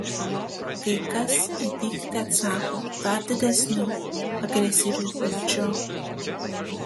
kai kas į pyktį atsako dar didesniu agresyviu pykčiu